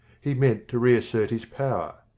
he meant to reassert his power.